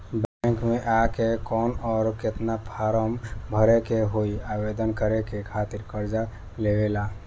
Bank मे आ के कौन और केतना फारम भरे के होयी आवेदन करे के खातिर कर्जा लेवे ला?